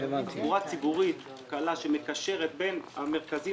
של תחבורה ציבורית קלה שמקשרת בין המרכזים